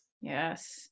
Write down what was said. Yes